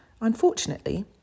Unfortunately